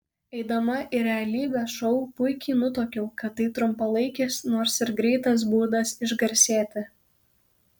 eidama į realybės šou puikiai nutuokiau kad tai trumpalaikis nors ir greitas būdas išgarsėti